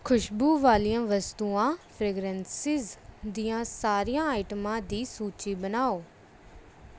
ਖੁਸ਼ਬੂ ਵਾਲੀਆਂ ਵਸਤੂਆਂ ਫਰੈਗਰੈਂਸਿਸ ਦੀਆਂ ਸਾਰੀਆਂ ਆਈਟਮਾਂ ਦੀ ਸੂਚੀ ਬਣਾਓ